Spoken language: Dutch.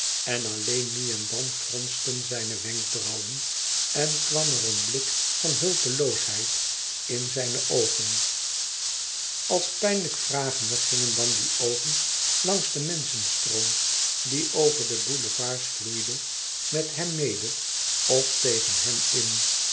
en alleen nu en dan fronsten zijne wenkbrauwen en kwam er een blik van hulpeloosheid in zijne oogen als pijnlijk vragende gingen dan die oogen langs den menschenstroom die over de boulevards vloeide met hem mede of tegen hem in